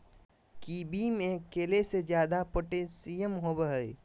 kiwi में केले से ज्यादा पोटेशियम होबो हइ